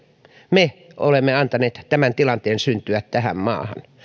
me olemme antaneet tämän tilanteen syntyä tähän maahan